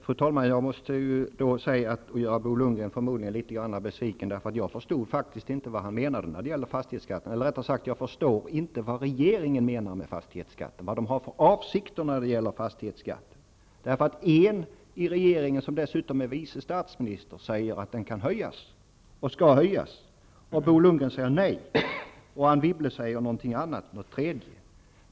Fru talman! Då måste jag förmodligen göra Bo Lundgren litet besviken. Jag förstod faktiskt inte vad han menade när det gäller fastighetsskatten, eller jag förstår rättare sagt inte vad regeringen menar med fastighetsskatten och vad den har för avsikter när det gäller fastighetsskatten. En regeringsmedlem, som dessutom är vice statsminister, säger att fastighetsskatten kan höjas och skall höjas. Bo Lundgren säger nej. Anne Wibble säger något annat.